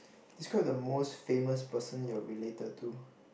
describe the most famous person you are related to